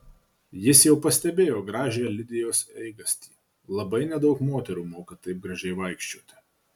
jis jau pastebėjo gražią lidijos eigastį labai nedaug moterų moka taip gražiai vaikščioti